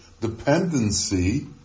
dependency